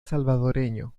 salvadoreño